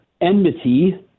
enmity